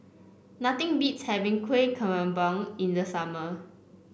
nothing beats having Kuih Kemboja in the summer